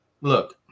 look